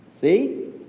See